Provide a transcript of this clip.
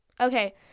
Okay